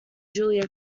julia